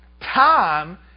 time